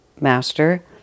Master